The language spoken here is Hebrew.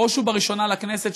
בראש ובראשונה לכנסת,